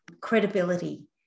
credibility